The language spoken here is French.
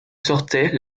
sortait